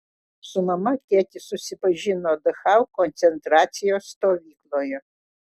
su mama tėtis susipažino dachau koncentracijos stovykloje